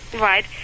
Right